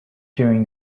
during